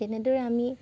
তেনেদৰে আমি